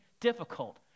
difficult